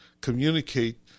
communicate